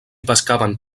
pescaven